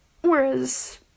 Whereas